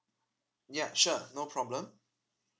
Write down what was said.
ya sure no problem